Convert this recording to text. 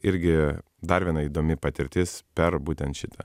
irgi dar viena įdomi patirtis per būtent šitą